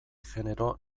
genero